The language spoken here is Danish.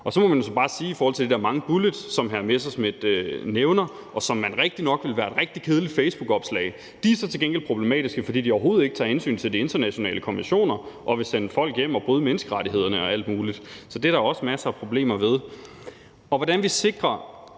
Så må man bare sige i forhold til de der mange bullets, som hr. Morten Messerschmidt nævner, og som rigtig nok ville være et rigtig kedeligt facebookopslag, at de så til gengæld er problematiske, fordi man med dem overhovedet ikke tager hensyn til de internationale konventioner og vil sende folk hjem og bryde menneskerettighederne og alt muligt. Så det er der også masser af problemer ved. Hvordan vi sikrer